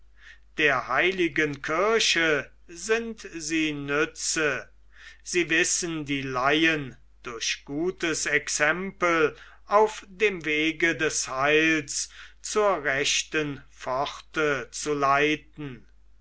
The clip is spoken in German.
der heiligen kirche sind sie nütze sie wissen die laien durch gutes exempel auf dem wege des heils zur rechten pforte zu leiten